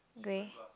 grey